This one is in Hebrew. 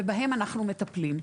ובהם אנחנו מטפלים.